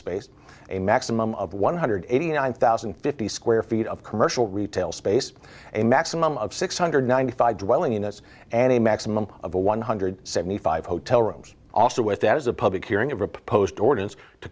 space a maximum of one hundred eighty nine thousand and fifty square feet of commercial retail space and a maximum of six hundred ninety five dwelling units and a maximum of one hundred seventy five hotel rooms also with that as a public hearing a proposed ordinance to